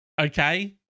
Okay